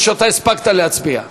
או שהספקת להצביע?